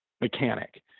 mechanic